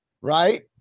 right